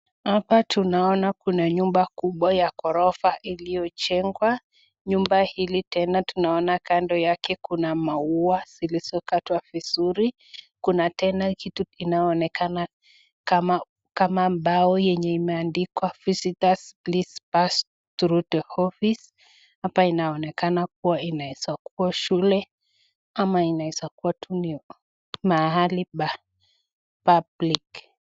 Hapa tunaona kuna nyumba kubwa ya korofa iliyojengwa. Nyumba hili tena tunaona kando yake kuna maua zilizokatwa vizuri. Kuna tena kitu inayoonekana kama kama mbao yenye imeandikwa visitors please pass through the office . Hapa inaonekana kuwa inaweza kuwa shule ama inaweza kuwa tu ni mahali pa public .